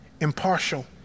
impartial